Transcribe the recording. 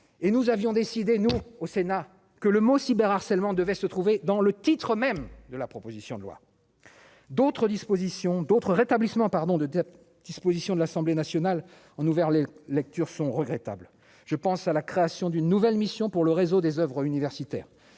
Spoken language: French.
et nous avions décidé, nous au Sénat que le mot cyber harcèlement devait se trouver dans le titre même de la proposition de loi d'autres dispositions d'autres rétablissement pardon de dispositions de l'Assemblée nationale en ouvert les lectures sont regrettables, je pense à la création d'une nouvelle mission pour le réseau des Oeuvres universitaires